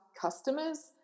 customers